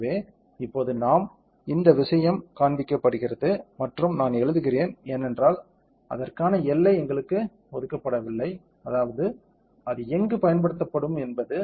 எனவே இப்போது நாம் எனவே இந்த விஷயம் காண்பிக்கப்படுகிறது மற்றும் நான் எழுதுகிறேன் ஏனென்றால் அதற்கான எல்லை எங்களுக்கு ஒதுக்கப்படவில்லை அதாவது அது எங்கு பயன்படுத்தப்படும் என்பது